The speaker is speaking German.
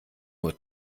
nur